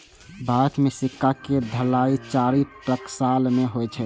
भारत मे सिक्का के ढलाइ चारि टकसाल मे होइ छै